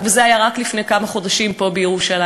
וזה היה רק לפני כמה חודשים פה בירושלים,